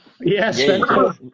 Yes